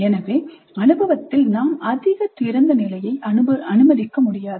எனவே அனுபவத்தில் நாம் அதிக திறந்த நிலையை அனுமதிக்க முடியாது